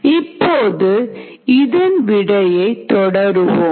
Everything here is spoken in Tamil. இப்போது இதன் விடையை தொடருவோம்